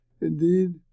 Indeed